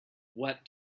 what